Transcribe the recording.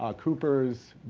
ah coopers,